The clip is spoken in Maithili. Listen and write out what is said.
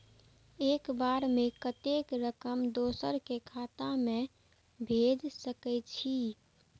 एक बार में कतेक रकम दोसर के खाता में भेज सकेछी?